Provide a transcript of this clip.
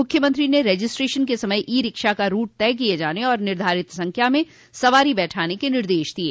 मुख्यमंत्री ने रजिस्ट्रेशन के समय ई रिक्शा का रूट तय किये जाने एवं निर्धारित संख्या में सवारी बैठाने के निर्देश दिये